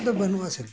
ᱟᱫᱚ ᱵᱟᱹᱱᱩᱜᱼᱟ ᱥᱤᱞᱯᱚ ᱫᱚ